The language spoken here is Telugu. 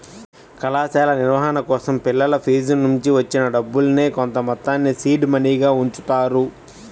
కళాశాల నిర్వహణ కోసం పిల్లల ఫీజునుంచి వచ్చిన డబ్బుల్నే కొంతమొత్తాన్ని సీడ్ మనీగా ఉంచుతారు